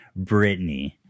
Britney